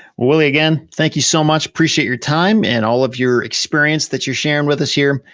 willie, again, thank you so much, appreciate your time and all of your experience that you're sharing with us here.